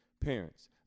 parents